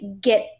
get